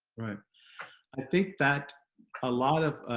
right i think that a lot of